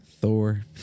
Thor